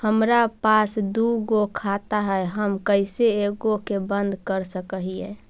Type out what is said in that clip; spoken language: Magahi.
हमरा पास दु गो खाता हैं, हम कैसे एगो के बंद कर सक हिय?